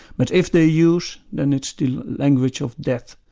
but if they use, then it's the language of death,